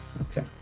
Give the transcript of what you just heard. Okay